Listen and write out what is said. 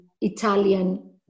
Italian